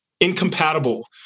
incompatible